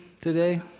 today